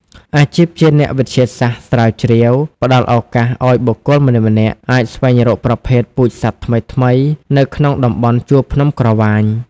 អាជីពជាអ្នកវិទ្យាសាស្ត្រស្រាវជ្រាវ ផ្តល់ឱកាសឱ្យបុគ្គលម្នាក់ៗអាចស្វែងរកប្រភេទពូជសត្វថ្មីៗនៅក្នុងតំបន់ជួរភ្នំក្រវាញ។